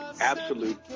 absolute